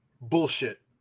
Bullshit